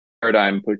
paradigm